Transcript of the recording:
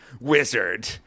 wizard